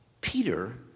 Peter